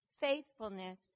faithfulness